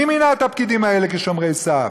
מי מינה את הפקידים האלה כשומרי סף?